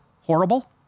Horrible